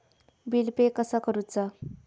Bill pay कसा करुचा?